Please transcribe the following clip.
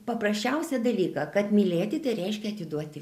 paprasčiausią dalyką kad mylėti tai reiškia atiduoti